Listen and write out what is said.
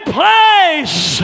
place